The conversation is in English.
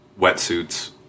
wetsuits